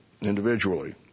individually